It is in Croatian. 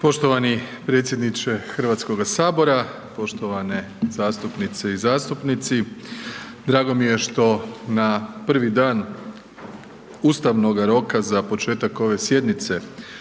Poštovani predsjedniče HS, poštovane zastupnice i zastupnici, drago mi je što na prvi dan ustavnoga roka za početak ove sjednice